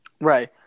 Right